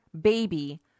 baby